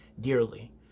dearly